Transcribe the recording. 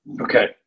Okay